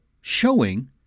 showing